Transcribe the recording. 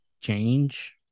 change